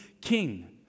king